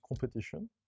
competition